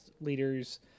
leaders